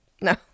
no